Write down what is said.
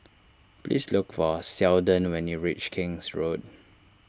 please look for Seldon when you reach King's Road